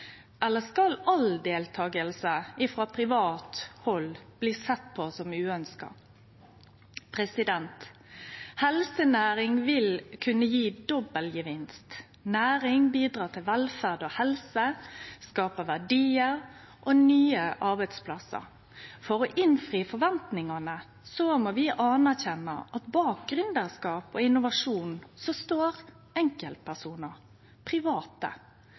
Eller skal all deltaking frå private bli sett på som ikkje ønskt? Helsenæring vil kunne gje dobbel gevinst. Næring bidreg til velferd og helse og skapar verdiar og nye arbeidsplassar. For å innfri forventningane må vi godta at bak gründarskap og innovasjon står enkeltpersonar – private